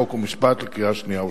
חוק ומשפט לקריאה שנייה ושלישית.